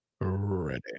Ready